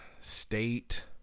state